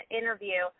interview